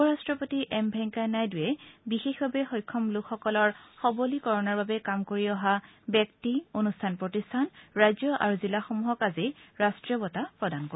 উপ ৰট্টপতি এম ভেংকায়া নাইডুয়ে বিশেষভাৱে সক্ষম লোকসকলৰ সবলীকৰণৰ বাবে কাম কৰি অহা ব্যক্তি অনুষ্ঠান প্ৰতিষ্ঠান ৰাজ্য আৰু জিলাসমূহক আজি ৰাষ্ট্ৰীয় বঁটা প্ৰদান কৰিব